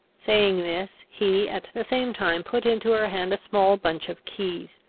saying this, he at the same time put into her hand a small bunch of keys.